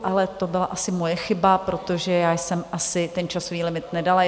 Ale to byla si moje chyba, protože já jsem asi ten časový limit nedala.